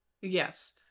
Yes